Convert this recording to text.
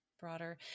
broader